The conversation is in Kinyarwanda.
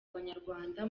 abanyarwanda